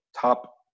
top